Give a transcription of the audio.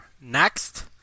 next